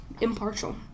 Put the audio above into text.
impartial